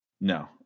no